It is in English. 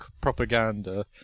propaganda